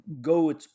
go